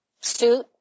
suit